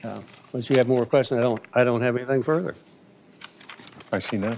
which we have more question i don't i don't have anything further i see no